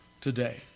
today